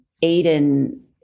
Eden